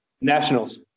Nationals